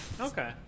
Okay